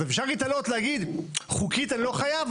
אז אפשר להתלות ולהגיד חוקית אני לא חייב,